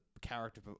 character